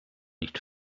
nicht